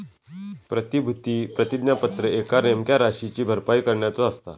प्रतिभूती प्रतिज्ञापत्र एका नेमक्या राशीची भरपाई करण्याचो असता